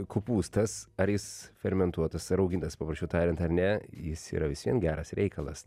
kopūstas ar jis fermentuotas ar raugintas paprasčiau tariant ar ne jis yra vis vien geras reikalas